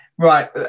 Right